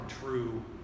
true